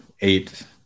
eight